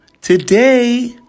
today